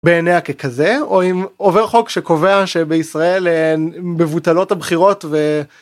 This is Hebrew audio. בעיניה ככזה או אם עובר חוק שקובע שבישראל אין מבוטלות הבחירות.